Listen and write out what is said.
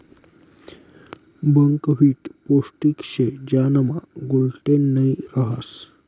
buckwheat पोष्टिक शे ज्यानामा ग्लूटेन नयी रहास